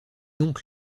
donc